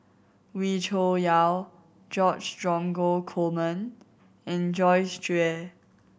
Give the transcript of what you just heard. Wee Cho Yaw George Dromgold Coleman and Joyce Jue